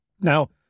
Now